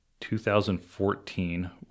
2014